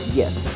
yes